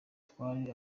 twari